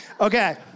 Okay